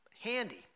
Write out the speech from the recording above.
handy